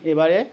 এবারে